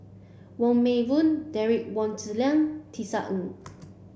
Wong Meng Voon Derek Wong Zi Liang Tisa Ng